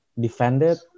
defended